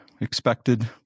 expected